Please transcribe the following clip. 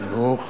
החינוך,